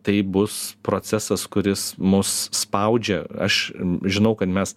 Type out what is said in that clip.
tai bus procesas kuris mus spaudžia aš žinau kad mes